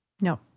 No